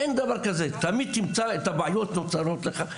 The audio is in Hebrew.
אין דבר כזה, תמיד תמצא שהבעיות נוצרות לך.